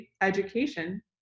Education